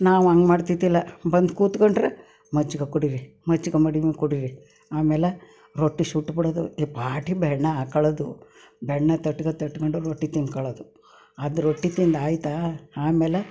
ನಾವು ಹಂಗೆ ಮಾಡ್ತಿರ್ಲಿಲ್ಲ ಬಂದು ಕೂತ್ಕೊಂಡ್ರೆ ಮಜ್ಜಿಗೆ ಕುಡೀರಿ ಮಜ್ಜಿಗೆ ಮಾಡಿದ್ದೀನಿ ಕುಡೀರಿ ಆಮೇಲೆ ರೊಟ್ಟಿ ಸುಟ್ಬಿಡೋದು ಈ ಪಾಟಿ ಬೆಣ್ಣೆ ಹಾಕೊಳ್ಳೋದು ಬೆಣ್ಣೆ ತಟ್ಕೊ ತಟ್ಕೊಂಡು ರೊಟ್ಟಿ ತಿಂದ್ಕೊಳ್ಳೋದು ಅದು ರೊಟ್ಟಿ ತಿಂದು ಆಯಿತಾ ಆಮೇಲೆ